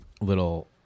little